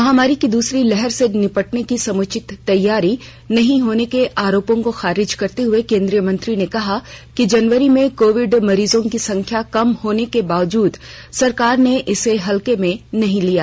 महामारी की दूसरी लहर से निपटने की समुचित तैयारी नहीं होने के आरोपों को खारिज करते हुए केन्द्रीय मंत्री ने कहा कि जनवरी में कोविड मरीजों की संख्या कम होने के बावजूद सरकार ने इसे हल्के में नहीं लिया